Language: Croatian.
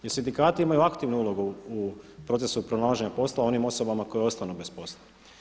I sindikati imaju aktivnu ulogu u procesu pronalaženja posla onim osobama koje ostanu bez posla.